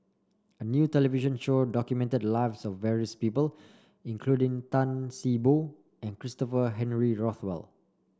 a new television show documented the lives of various people including Tan See Boo and Christopher Henry Rothwell